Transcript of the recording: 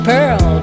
Pearl